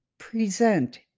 present